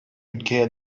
ülkeye